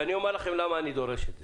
ואני אומר לכם למה אני דורש את זה,